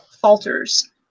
falters